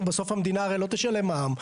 ובסוף המדינה לא תשלם מע"מ.